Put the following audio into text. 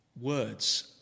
words